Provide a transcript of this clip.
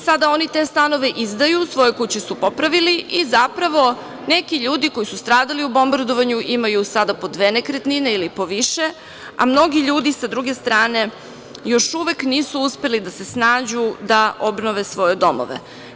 Sada oni te stanove izdaju, svoje kuće su popravili i, zapravo, neki ljudi koji su stradali u bombardovanju imaju sada po dve nekretnine ili po više nekretnina, a mnogi ljudi, sa druge strane, još uvek nisu uspeli da se snađu da obnove svoje domove.